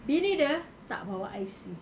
bini dia tak bawa I_C